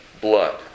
blood